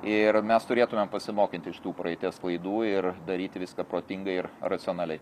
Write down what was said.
ir mes turėtume pasimokyti iš tų praeities klaidų ir daryti viską protingai ir racionaliai